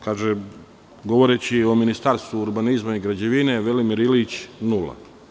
Kaže, govoreći o Ministarstvu urbanizma i građevine, Velimir Ilić nula.